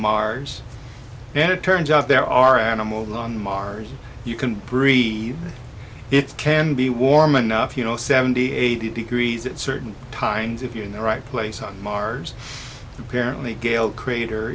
mars then it turns out there are animals on mars you can breathe it can be warm enough you know seventy eighty degrees at certain times if you're in the right place on mars apparently gale crater